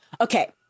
okay